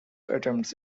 attempts